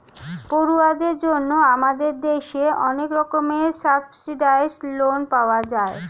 পড়ুয়াদের জন্য আমাদের দেশে অনেক রকমের সাবসিডাইস্ড্ লোন পাওয়া যায়